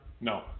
No